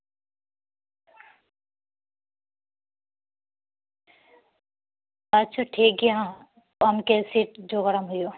ᱟᱪᱪᱷᱟ ᱴᱷᱤᱠᱜᱮᱭᱟ ᱦᱟᱸᱜ ᱟᱢ ᱠᱟᱹᱡ ᱥᱤᱴ ᱡᱚᱜᱟᱲᱟᱢ ᱦᱩᱭᱩᱜᱼᱟ